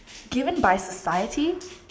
given by society